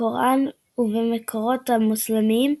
בקוראן ובמקורות המוסלמיים,